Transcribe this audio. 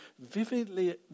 vividly